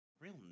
real